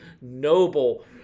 noble